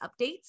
updates